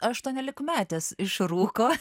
aštuoniolikmetės išrūko